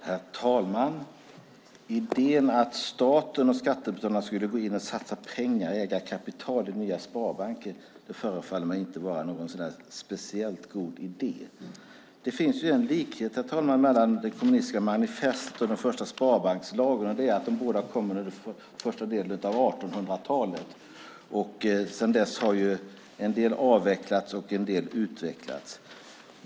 Herr talman! Idén att staten och skattebetalarna skulle gå in och satsa pengar, äga kapital, i nya sparbanker förefaller inte vara speciellt god. Det finns en likhet mellan Kommunistiska manifestet och den första sparbankslagen, nämligen att båda kom under första delen av 1800-talet. Sedan dess har en del avvecklats och andra utvecklats.